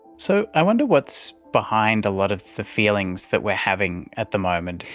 so, i wonder what's behind a lot of the feelings that we are having at the moment.